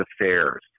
affairs